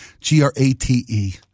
G-R-A-T-E